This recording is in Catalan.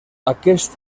aquest